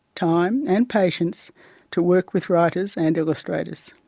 time and patience to work with writers and illustrators.